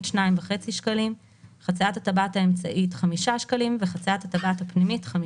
2.5ד טבעת אמצעית 5 טבעת פנימית 5